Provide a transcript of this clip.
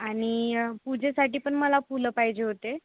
आणि पूजेसाठी पण मला फुलं पाहिजे होते